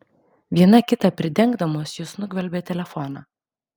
viena kitą pridengdamos jos nugvelbė telefoną